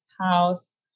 house